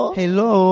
hello